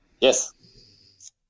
Yes